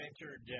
entered